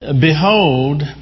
Behold